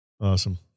Awesome